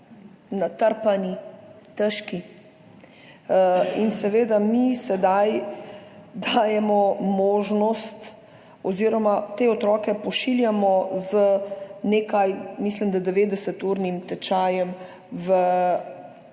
natrpani, težki. Mi sedaj dajemo možnost oziroma te otroke pošiljamo z nekajurnim, mislim, da 90-urnim, tečajem v